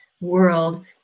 world